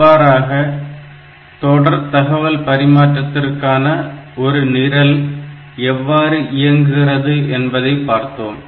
இவ்வாறாக தொடர் தகவல் பரிமாற்றத்திற்கான ஒரு நிரல் எவ்வாறு இயங்குகிறது என்பதை பார்த்தோம்